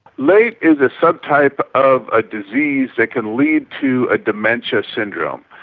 late is a subtype of a disease that can lead to a dementia syndrome.